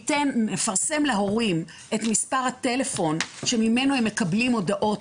נפרסם להורים את מספר הטלפון שממנו הם מקבלים הודעות